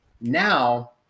Now